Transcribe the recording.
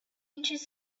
ancient